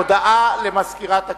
הודעה למזכירת הכנסת.